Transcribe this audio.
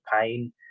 pain